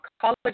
college